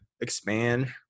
expand